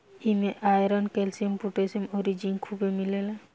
इमे iron, calcium, potassium अउरी zinc खुबे मिलेला